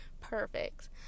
perfect